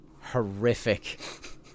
horrific